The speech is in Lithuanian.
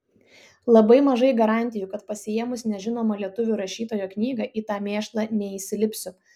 labai mažai garantijų kad pasiėmus nežinomo lietuvių rašytojo knygą į tą mėšlą neįsilipsiu